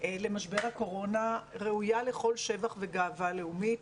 למשבר הקורונה ראויה לכל שבח וגאווה לאומית.